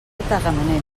tagamanent